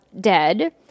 dead